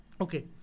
Okay